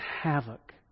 havoc